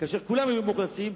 כולם היו מאוכלסים,